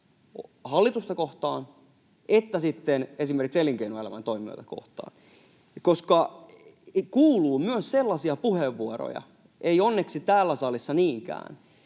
hallitusta kohtaan että sitten esimerkiksi elinkeinoelämän toimijoita kohtaan, koska kuuluu myös sellaisia puheenvuoroja — ei onneksi täällä salissa niinkään